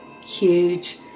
huge